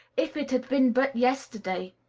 if it had been but yesterday,